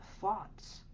thoughts